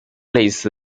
类似